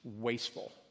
wasteful